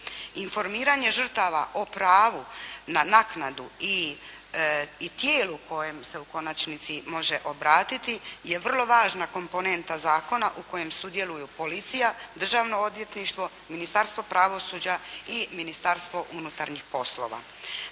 Informiranje žrtava o pravu na naknadu i tijelu kojem se u konačnici može obratiti je vrlo važna komponenta zakona u kojem sudjeluju policija, Državno odvjetništvo, Ministarstvo pravosuđa i Ministarstvo unutarnjih poslova.